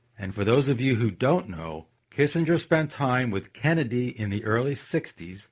and for those of you who don't know, kissinger spent time with kennedy in the early sixty s,